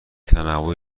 تنوعی